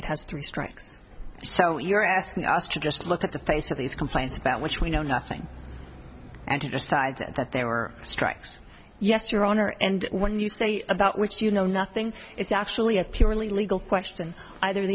inmate has three strikes so you're asking us to just look at the face of these complaints about which we know nothing and to decide that there were strikes yes your honor and when you say about which you know nothing it's actually a purely legal question either